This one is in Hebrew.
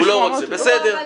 הוא לא רוצה, בסדר.